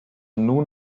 nun